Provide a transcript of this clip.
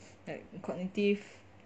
like cognitive